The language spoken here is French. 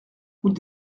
route